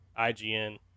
IGN